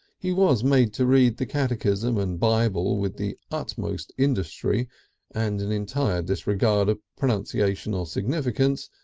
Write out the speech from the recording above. he was made to read the catechism and bible with the utmost industry and an entire disregard of punctuation or significance,